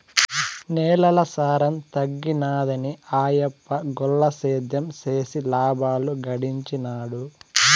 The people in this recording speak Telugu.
నేలల సారం తగ్గినాదని ఆయప్ప గుల్ల సేద్యం చేసి లాబాలు గడించినాడు